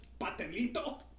Patelito